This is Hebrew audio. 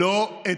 חבר הכנסת סעדי,